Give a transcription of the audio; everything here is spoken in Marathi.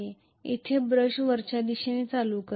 तर येथे ब्रश वरच्या दिशेने करंट करेल